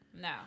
No